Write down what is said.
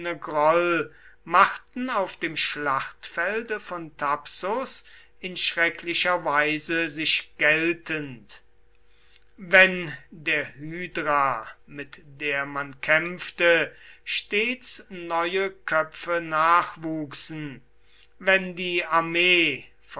machten auf dem schlachtfelde von thapsus in schrecklicher weise sich geltend wenn der hydra mit der man kämpfte stets neue köpfe nachwuchsen wenn die armee